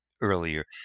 earlier